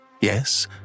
Yes